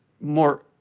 more